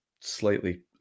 slightly